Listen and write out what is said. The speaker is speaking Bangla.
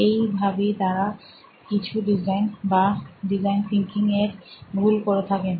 এই ভাবেই তারা কিছু ডিজাইন বা ডিজাইন থিঙ্কিং এর ভুল করে থাকেন